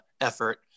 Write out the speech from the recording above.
effort